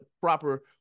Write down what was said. proper –